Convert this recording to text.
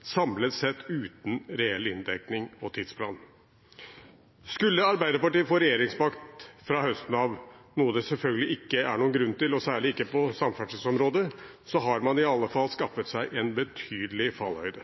samlet sett uten reell inndekning og tidsplan. Skulle Arbeiderpartiet få regjeringsmakt fra høsten av – noe det selvfølgelig ikke er noen grunn til, og særlig ikke på samferdselsområdet – har man iallfall skaffet seg en betydelig fallhøyde.